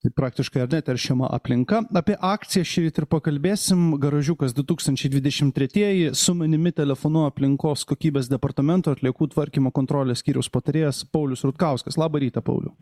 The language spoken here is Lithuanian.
tai praktiškai ar neteršiama aplinka apie akciją šįryt ir pakalbėsim garažiukas du tūkstančiai dvidešim tretieji su manimi telefonu aplinkos kokybės departamento atliekų tvarkymo kontrolės skyriaus patarėjas paulius rutkauskas labą rytą pauliau